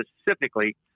specifically